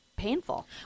painful